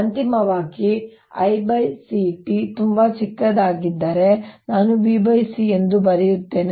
ಅಂತಿಮವಾಗಿ l C𝜏 ತುಂಬಾ ಚಿಕ್ಕದಾಗಿದ್ದರೆ ಈಗ ನಾನು vc ಎಂದು ಬರೆಯುತ್ತೇನೆ